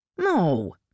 No